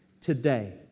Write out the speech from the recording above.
today